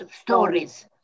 stories